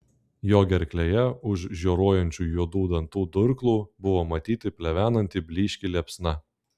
jo gerklėje už žioruojančių juodų dantų durklų buvo matyti plevenanti blyški liepsna